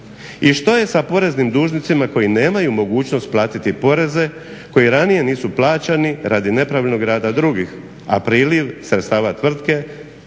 i što je sa poreznim dužnicima koji nemaju mogućnost platiti poreze koji ranije nisu plaćani radi nepravilnog rada drugih, a priljev sredstava tvrtke